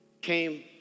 Came